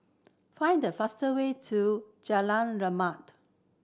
find the fast way to Jalan Rimau